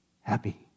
happy